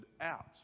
out